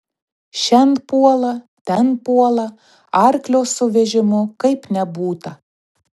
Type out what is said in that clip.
šen puola ten puola arklio su vežimu kaip nebūta